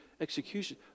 execution